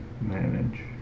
manage